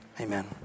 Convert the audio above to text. Amen